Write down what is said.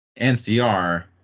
NCR